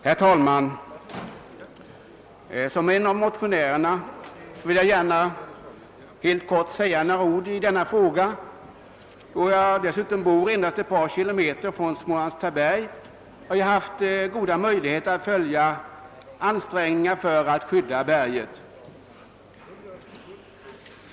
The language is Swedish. Herr talman! Som en av motionärerna vill jag gärna i all korthet säga några ord i denna fråga. Då jag dessutom bor endast ett par kilometer från Smålands Taberg har jag haft goda möjligheter att följa ansträngningarna att skydda berget.